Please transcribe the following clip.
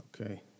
Okay